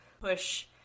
push